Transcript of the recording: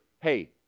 hey